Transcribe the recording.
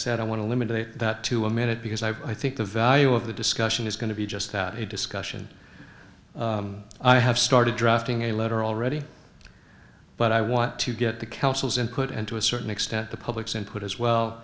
said i want to limit day that to a minute because i think the value of the discussion is going to be just that a discussion i have started drafting a letter already but i want to get the council's input and to a certain extent the public's input as well